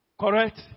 Correct